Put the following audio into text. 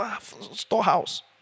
storehouse